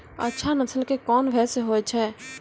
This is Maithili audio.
अच्छा नस्ल के कोन भैंस होय छै?